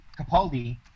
Capaldi